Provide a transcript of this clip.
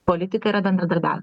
politika yra bendradarbiaut